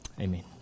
Amen